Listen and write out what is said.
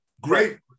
great